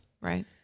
Right